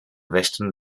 western